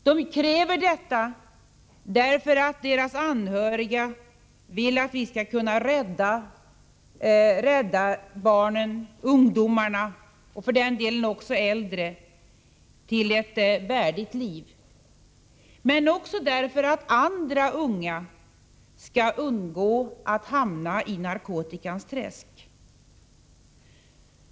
De kräver detta därför att de och deras anhöriga vill att vi skall rädda barnen, ungdomarna, och för den delen också äldre personer till ett värdigt liv. Men de vill också förhindra att andra unga hamnar i narkotikans träsk.